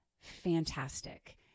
fantastic